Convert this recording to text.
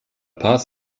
paz